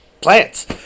plants